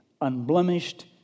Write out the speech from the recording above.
unblemished